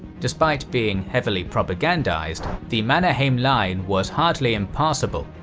despite being heavily propagandized, the mannerheim line was hardly impassable,